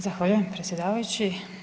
Zahvaljujem predsjedavajući.